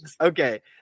Okay